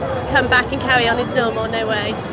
come back and carry on as normal, no way.